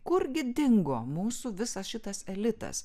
kurgi dingo mūsų visas šitas elitas